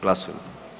Glasujmo.